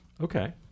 Okay